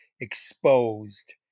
exposed